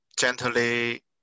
gently